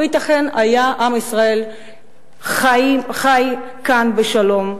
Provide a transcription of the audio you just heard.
ייתכן שעם ישראל היה חי כאן בשלום,